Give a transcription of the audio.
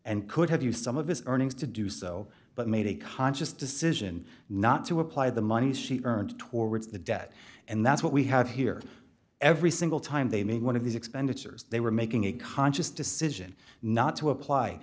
and could have used some of his earnings to do so but made a conscious decision not to apply the money she earned towards the debt and that's what we have here every single time they made one dollar of these expenditures they were making a conscious decision not to apply